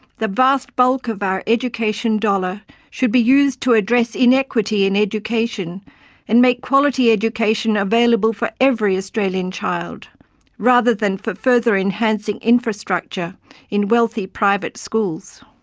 the vast bulk of our education dollar should be used to address inequity in education and make quality education available for every australian child rather than for further enhancing infrastructure in wealthy private schools.